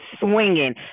swinging